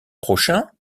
prochain